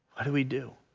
what do we do?